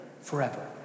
forever